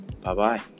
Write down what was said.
Bye-bye